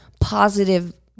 positive